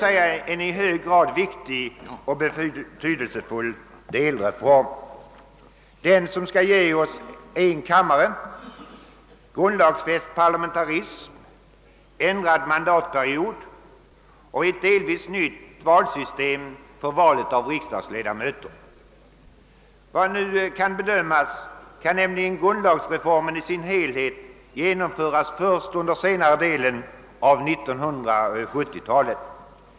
Denna delreform är emellertid mycket viktig och betydelsefull. Den skall ge oss en kammare, grundlagsfäst parlamentarism, ändrad mandatperiod och ett delvis nytt system för val av riksdagsledamöter. Efter vad nu kan bedömas kan grundlagsreformen i sin helhet genomföras först under senare hälften av 1970-talet.